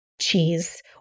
cheese